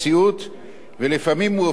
ולפעמים הוא הופך להיות היסטורי.